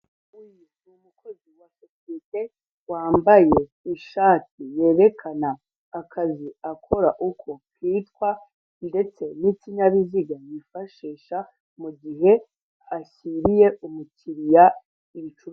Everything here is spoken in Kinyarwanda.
Uyu ni umukozi wa sosiyete wambaye ishatiyerekana akazi akora uko kitwa ndetse n'ikinyabiziga yifashisha mu gihe ashyiriye umukiriya ibicuruzwa.